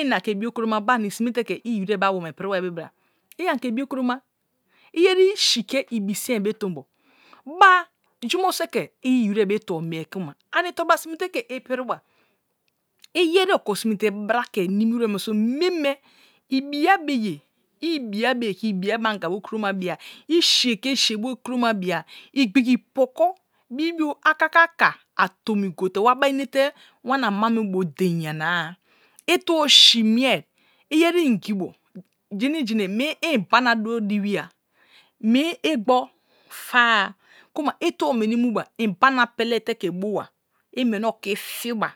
Ina ke buo kuro ma ba ani sinue te ke iyi wiré be awo̱ me pri wai bebra? Iyeri si̱ ke ibi sin be tombo ba jnmo so̱ ke iyi wiré be tombo mie kuma ani tobra sive te ke upri ba, yeri oko sune te bor the nimi wire mieme shiya be ye chiya be ge the ebrya be anga bu kuro mea bia, i si̱ ke si bu ku roma bin agbige polas bibio akaka ha a tomi gote wabar mete wana ama me bo dein youa-a tulos si mie syen inges jéné jèné mi mbana dno duai ya mie igbo fea kuma itubo me muba inbana pele te̱ ke boba imeni otin friwa,